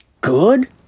good